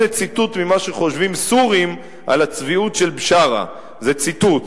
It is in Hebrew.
הנה ציטוט ממה שחושבים סורים על הצביעות של בשארה" זה ציטוט,